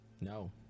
No